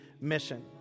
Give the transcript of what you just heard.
mission